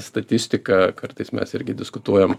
statistika kartais mes irgi diskutuojam